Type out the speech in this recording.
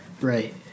Right